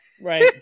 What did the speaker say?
Right